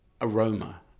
aroma